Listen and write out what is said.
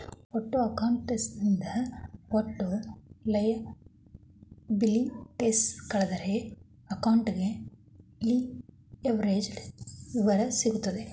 ಒಟ್ಟು ಅಸೆಟ್ಸ್ ನಿಂದ ಒಟ್ಟು ಲಯಬಲಿಟೀಸ್ ಕಳೆದರೆ ಅಕೌಂಟಿಂಗ್ ಲಿವರೇಜ್ಡ್ ವಿವರ ಸಿಗುತ್ತದೆ